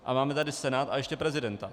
A máme tady Senát a ještě prezidenta.